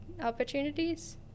opportunities